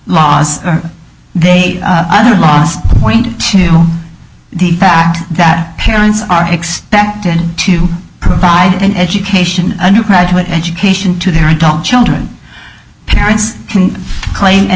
laws they other last point to the fact that parents are expected to provide an education undergraduate education to their adult children parents can claim an